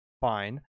fine